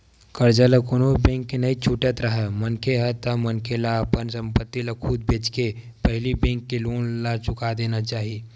करजा ल कोनो बेंक के नइ छुटत राहय मनखे ह ता मनखे ला अपन संपत्ति ल खुद बेंचके के पहिली बेंक के लोन ला चुका देना चाही